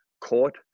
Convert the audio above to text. court